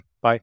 Bye